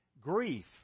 grief